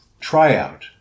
tryout